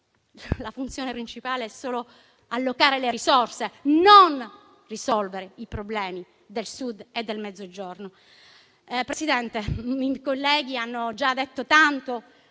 la funzione principale è solo allocare le risorse, non risolvere i problemi del Mezzogiorno. Signor Presidente, i miei colleghi hanno già detto tanto